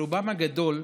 ברובן הגדול,